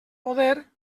poder